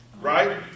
right